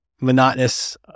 monotonous